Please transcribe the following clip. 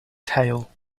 tail